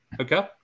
Okay